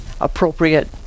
appropriate